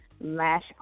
lash